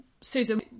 Susan